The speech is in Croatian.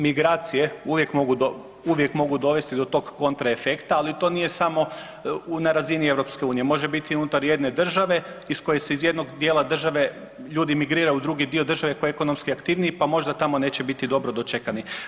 Migracije uvijek mogu dovesti do tog kontraefekta, ali to nije samo na razini EU, može biti unutar jedne države iz kojeg se iz jednog dijela države ljudi migriraju u drugi dio države koji je ekonomski aktivniji pa možda tamo neće biti dobro dočekani.